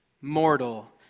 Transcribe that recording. Mortal